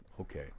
Okay